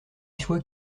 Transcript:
soit